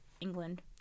England